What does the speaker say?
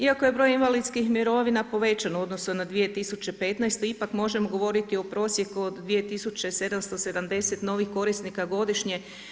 Iako je broj invalidskih mirovina povećan u odnosu na 2015. ipak možemo govoriti o prosjeku od 2770 novih korisnika godišnje.